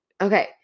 Okay